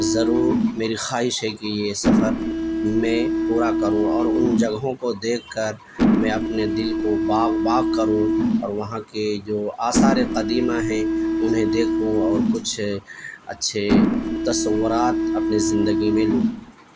ضرور میری خواہش ہے کہ یہ سفر میں پورا کروں اور ان جگہوں کو دیکھ کر میں اپنے دل کو باغ باغ کروں اور وہاں کے جو آثار قدیمہ ہیں انہیں دیکھوں اور کچھ اچھے تصورات اپنے زندگی میں لوں